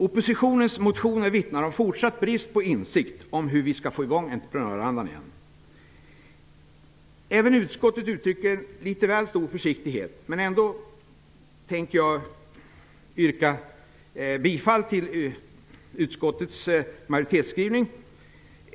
Oppositionens motioner vittnar om fortsatt brist på insikt i hur vi skall få igång entreprenörandan igen. Även utskottet uttrycker litet väl stor försiktighet. Jag tänker ändå yrka bifall till utskottets majoritetsskrivning.